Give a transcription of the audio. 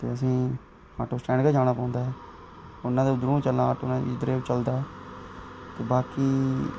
ते तुसें ई ऑटो स्टैंड गै जाना पौंदा फोनै दे थ्रू चलना ऑटो नै ते बाकी